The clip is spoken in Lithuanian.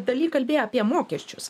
dalyj kalbėjai apie mokesčius